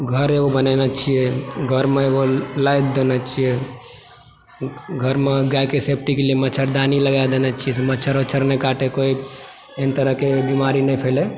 घर एगो बनयने छियै घरमे एगो नादि देने छियै घरमे गायके सेफ्टी के लिए मच्छड़दानी लगा देने छियै मच्छड़ वच्चड़ नहि काटै कोइ एहन तरहकी बीमारी नहि फैलै